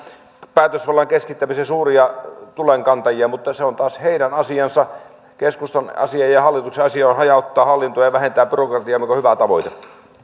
päätösvallan keskittämisen suuria tulenkantajia mutta se on taas heidän asiansa keskustan asia ja hallituksen asia on hajauttaa hallintoa ja vähentää byrokratiaa mikä on hyvä tavoite